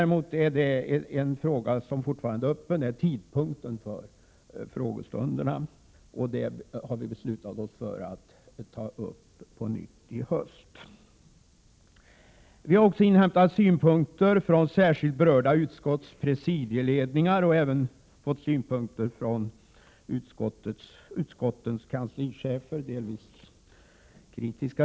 En fråga som däremot fortfarande är öppen gäller tidpunkten för frågestunderna. Vi har beslutat oss för att i höst ta upp denna fråga på nytt. Vi har också inhämtat synpunkter från särskilt berörda utskotts presidieledningar och har även fått synpunkter från utskottens kanslichefer, vilka delvis har varit kritiska.